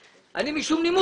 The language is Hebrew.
אבל אני אומר שאין בעיה,